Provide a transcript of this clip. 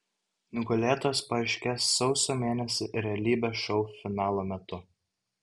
nugalėtojas paaiškės sausio mėnesį realybės šou finalo metu